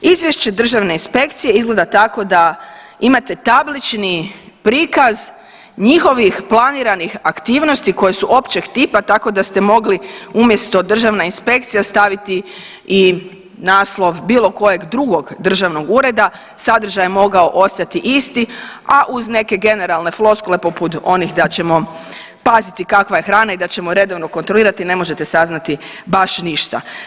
Izvješće državne inspekcije izgleda tako da imate tablični prikaz njihovih planiranih aktivnosti koji su općeg tipa tako da ste mogli umjesto državna inspekcija staviti i naslov bilo kojeg drugog državnog ureda, sadržaj je mogao ostati isti, a uz neke generalne floskule poput onih da ćemo paziti kakva je hrana i da ćemo redovno kontrolirati ne možete saznati baš ništa.